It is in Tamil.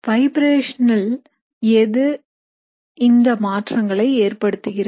வைப்ரேஷன் ல் எது இந்த மாற்றங்களை ஏற்படுத்துகிறது